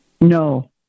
No